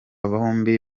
bombi